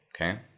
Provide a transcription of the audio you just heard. okay